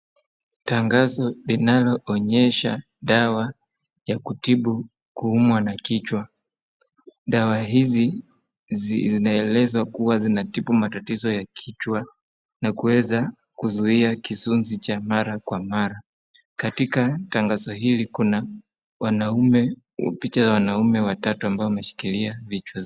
Tangazo linaloonyesha dawa ya kutibu kuuma na kichwa, dawa hizi zinaeleza kuwa zinatibu matatizo ya kichwa na kuweza kuzuia kisunzi cha mara kwa ,katika tangazo hili kuna picha ya wanaume watatu ambao wameshikilia vichwa zao.